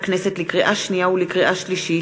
ישראל חסון ומשה מזרחי,